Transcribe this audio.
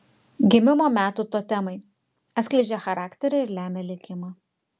gimimo metų totemai atskleidžia charakterį ir lemia likimą